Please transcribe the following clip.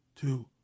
two